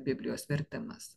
biblijos vertimas